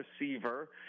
receiver